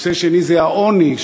נושא שני זה העוני,